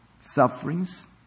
sufferings